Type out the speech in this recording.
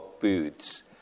booths